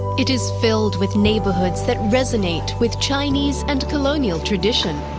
it is filled with neighborhoods that resonate with chinese and colonial tradition,